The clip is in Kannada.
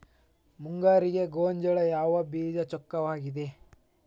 ಮುಂಗಾರಿಗೆ ಗೋಂಜಾಳ ಯಾವ ಬೇಜ ಚೊಕ್ಕವಾಗಿವೆ?